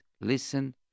listen